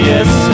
Yes